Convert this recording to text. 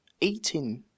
eating